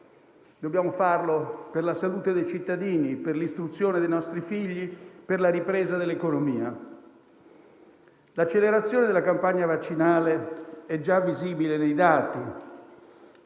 Dobbiamo farlo per la salute dei cittadini, per l'istruzione dei nostri figli e per la ripresa dell'economia. L'accelerazione della campagna vaccinale è già visibile nei dati: